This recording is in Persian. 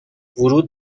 ورود